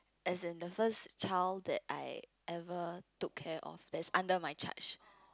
as in the first child that I ever took care of that is under my charge